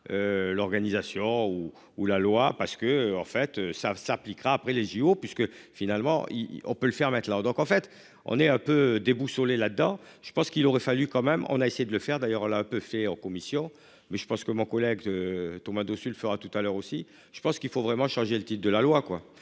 L'organisation ou la loi parce que en fait ça s'appliquera après les JO, puisque finalement on peut le faire maintenant, donc en fait on est un peu déboussolé là dedans. Je pense qu'il aurait fallu quand même on a essayé de le faire d'ailleurs là à peu fait en commission. Mais je pense que mon collègue. Thomas Dossus le fera tout à l'heure aussi, je pense qu'il faut vraiment changer le titre de la loi